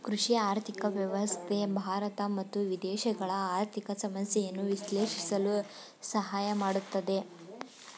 ಕೃಷಿ ಆರ್ಥಿಕ ವ್ಯವಸ್ಥೆ ಭಾರತ ಮತ್ತು ವಿದೇಶಗಳ ಆರ್ಥಿಕ ಸಮಸ್ಯೆಯನ್ನು ವಿಶ್ಲೇಷಿಸಲು ಸಹಾಯ ಮಾಡುತ್ತದೆ